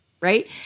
right